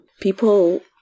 people